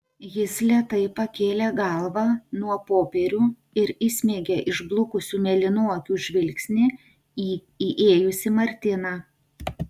jis lėtai pakėlė galvą nuo popierių ir įsmeigė išblukusių mėlynų akių žvilgsnį į įėjusį martyną